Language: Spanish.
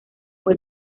fue